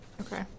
Okay